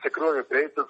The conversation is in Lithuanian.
tikrųjų prieisiu